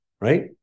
right